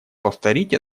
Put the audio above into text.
повторить